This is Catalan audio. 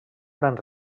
gran